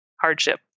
Hardship